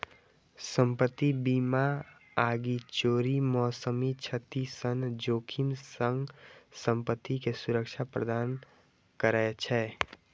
संपत्ति बीमा आगि, चोरी, मौसमी क्षति सन जोखिम सं संपत्ति कें सुरक्षा प्रदान करै छै